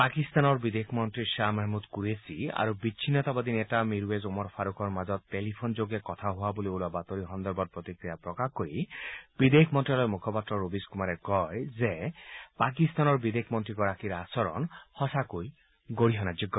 পাকিস্তানৰ বিদেশ মন্ত্ৰী খাহ মহমুদ কুৰেয়ী আৰু বিচ্ছিন্নতাবাদী নেতা মীৰৱেইজ ওমৰ ফাৰুকৰ মাজত টেলিফোনযোগে কথা বতৰা হোৱা বুলি ওলোৱা বাতৰি সন্দৰ্ভত প্ৰতিক্ৰিয়া প্ৰকাশ কৰি বিদেশ মন্ত্যালয়ৰ মুখপাত্ৰ ৰবিশ কুমাৰে কয় পাকিস্তানৰ বিদেশ মন্ত্ৰীগৰাকীৰ আচৰণ সঁচাকৈ গৰিহণাযোগ্য